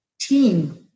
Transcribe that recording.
team